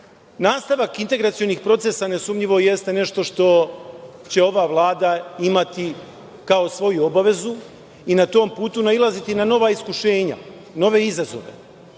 Dačić. Nastavak integracionih procesa nesumnjivo jeste nešto što će ova Vlada imati kao svoju obavezu i na tom putu nailaziti na nova iskušenja, nove izazove.